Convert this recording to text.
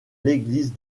l’église